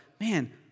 Man